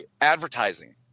advertising